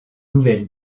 nouvelle